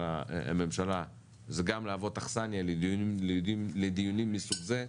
הממשלה זה גם להוות אכסניה לדיונים מסוג זה,